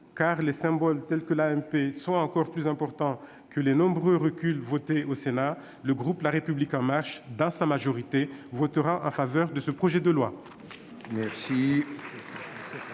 les symboles tels que l'AMP étant encore plus importants que les nombreux reculs votés au Sénat, le groupe La République En Marche, dans sa majorité, votera en faveur de ce projet de loi.